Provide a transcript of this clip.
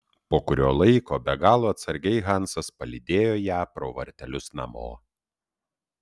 po kurio laiko be galo atsargiai hansas palydėjo ją pro vartelius namo